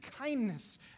kindness